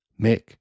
Mick